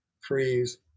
freeze